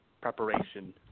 preparation